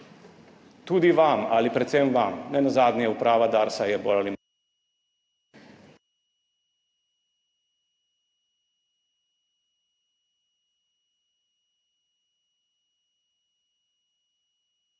tudi vam ali predvsem vam, nenazadnje je uprava Darsa bolj ali